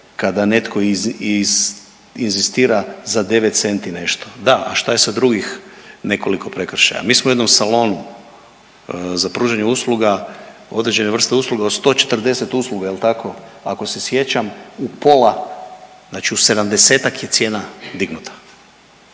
kada netko iz, inzistira za 9 centi nešto. Da, a šta je sa drugih nekoliko prekršaja? Mi smo u jednom salonu za pružanje usluga, određenih vrsta usluga, od 140 usluga, je li tako, ako se sjećam, u pola, znači u 70-ak je cijena dignuta.